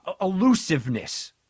elusiveness